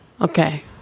Okay